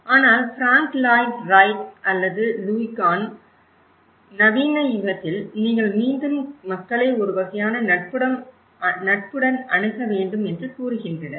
ஆனால் Frank Lloyd Wright அல்லது Louis Kahn நவீன யுகத்தில் நீங்கள் மீண்டும் மக்களை ஒரு வகையான நட்புடன் அணுக வேண்டும் என்று கூறுகின்றனர்